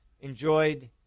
enjoyed